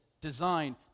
design